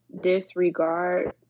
disregard